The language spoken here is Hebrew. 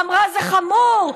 אמרה: זה חמור,